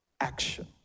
action